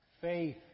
Faith